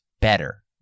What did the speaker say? better